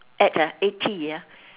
at a A T uh